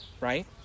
right